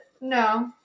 No